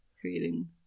creating